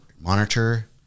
monitor